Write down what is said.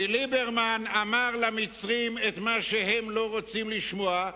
כי ליברמן אמר למצרים את מה שהם לא רוצים לשמוע,